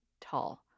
tall